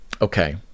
okay